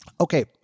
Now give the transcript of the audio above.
Okay